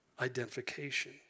identification